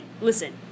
listen